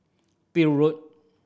Peel Road